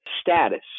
status